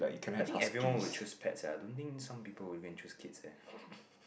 I think everyone will choose pets ah I don't think some people will go and choose kids eh